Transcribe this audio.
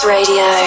Radio